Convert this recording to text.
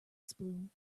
spume